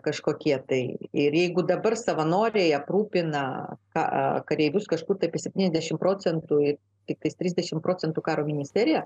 kažkokie tai ir jeigu dabar savanoriai aprūpina kareivius kažkur apie septyniasdešim procentų tik tais trisdešim procentų karo ministerija